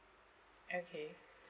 okay